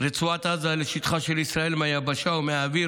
רצועת עזה לשטחה של ישראל מהיבשה ומהאוויר